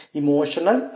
emotional